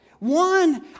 One